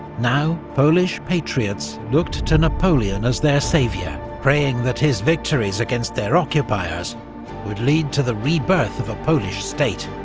now polish patriots looked to napoleon as their saviour praying that his victories against their occupiers would lead to the rebirth of a polish state.